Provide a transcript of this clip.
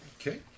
Okay